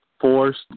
forced